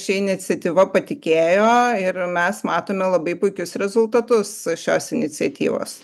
šia iniciatyva patikėjo ir mes matome labai puikius rezultatus šios iniciatyvos